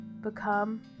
Become